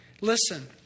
Listen